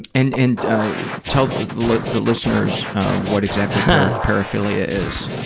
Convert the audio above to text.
and and ah tell like the listeners what exactly yeah paraphilia is.